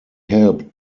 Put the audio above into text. helped